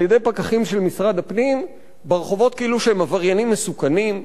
על-ידי פקחים של משרד הפנים ברחובות כאילו שהם עבריינים מסוכנים.